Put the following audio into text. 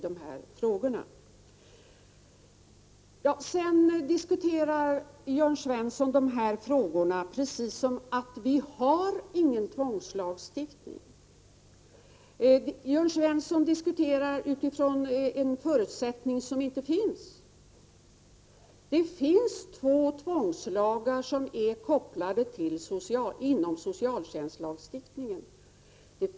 Jörn Svensson diskuterar dessa frågor precis som om vi inte skulle ha någon tvångslagstiftning. Han utgår från en förutsättning som inte existerar. Det finns dock två tvångslagar som är kopplade inom socialtjänstlagstiftningen.